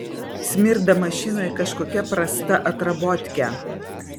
smirda mašinoj kažkokia prasta atrabotke